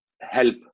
help